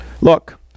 Look